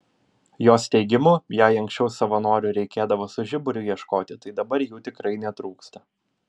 jos teigimu jei anksčiau savanorių reikėdavo su žiburiu ieškoti tai dabar jų tikrai netrūksta